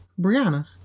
Brianna